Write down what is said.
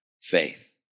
faith